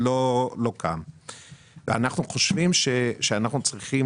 אנחנו חושבים שאנחנו צריכים